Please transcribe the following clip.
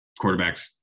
quarterbacks